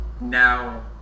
now